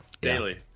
Daily